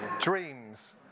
Dreams